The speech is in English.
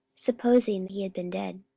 supposing he had been dead.